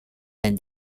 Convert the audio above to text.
and